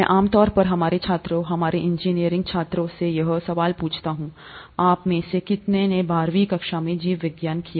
मैं आमतौर पर हमारे छात्रों हमारे इंजीनियरिंग छात्रों से यह सवाल पूछता हूं आप में से कितने हैं बारहवीं कक्षा में जीव विज्ञान किया